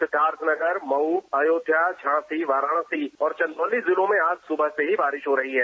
सिद्धार्थनगर मऊ अयोध्या झांसी वाराणसी और चंदौली जिलों में आज सुबह से ही बारिश हो रही है